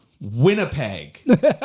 Winnipeg